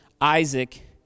Isaac